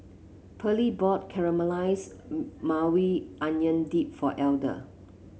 Pearlie bought Caramelized Maui Onion Dip for Elder